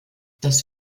das